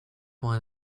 why